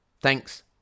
Thanks